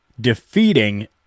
Defeating